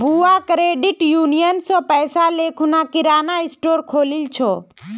बुआ credit union स पैसा ले खूना किराना स्टोर खोलील छ